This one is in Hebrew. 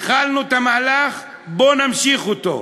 התחלנו את המהלך, בואו נמשיך אותו,